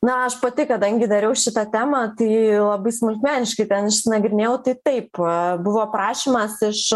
na aš pati kadangi dariau šitą temą tai labai smulkmeniškai ten išnagrinėjau tai taip buvo prašymas iš